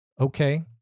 okay